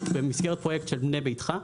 במסגרת פרויקט של בנה ביתך,